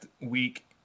week